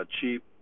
cheap